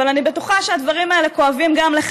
אבל אני בטוחה שהדברים האלה כואבים גם לך